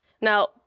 Now